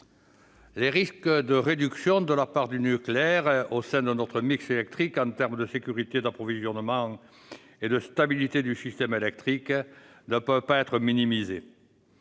Les risques de la réduction de la part du nucléaire au sein de notre mix électrique, en ce qui concerne tant la sécurité d'approvisionnement que la stabilité du système électrique, ne peuvent pas être minimisés.